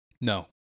No